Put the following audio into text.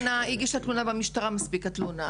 הגישה תלונה במשטרה מספיק התלונה,